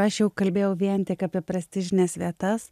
aš jau kalbėjau vien tik apie prestižines vietas